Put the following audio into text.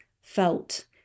felt